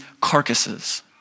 carcasses